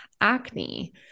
acne